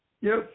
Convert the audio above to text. Yes